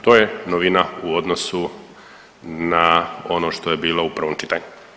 To je novina u odnosu na ono što je bilo u prvom čitanju.